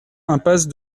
impasse